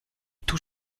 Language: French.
tout